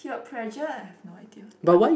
peer pressure i have no idea but